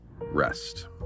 rest